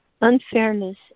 Unfairness